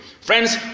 friends